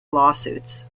lawsuits